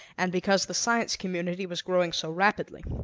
and because the science community was growing so rapidly.